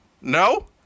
No